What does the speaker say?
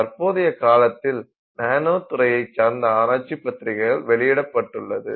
தற்போதைய காலத்தில் நானோ துறையை சார்ந்த ஆராய்ச்சி பத்திரிக்கைகள் வெளியிடப்பட்டுள்ளது